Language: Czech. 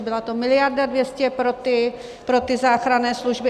Byla to miliarda 200 pro ty záchranné služby.